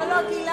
לא, לא.